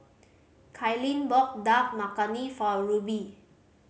Kailyn bought Dal Makhani for Ruby